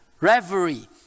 reverie